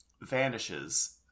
vanishes